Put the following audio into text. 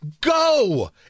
Go